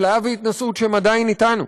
אפליה והתנשאות שהם עדיין אתנו.